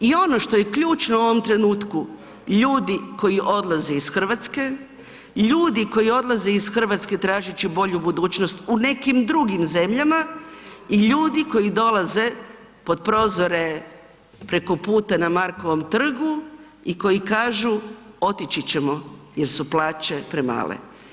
I ono što je ključno u ovom trenutku ljudi koji odlaze iz Hrvatske, ljudi koji odlaze iz Hrvatske tražeći bolju budućnost u nekim drugim zemljama i ljudi koji dolaze pod prozore preko puta na Markovom trgu i koji kažu otići ćemo jer su plaće premale.